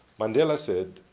mandela said,